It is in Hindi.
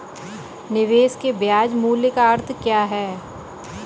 निवेश के ब्याज मूल्य का अर्थ क्या है?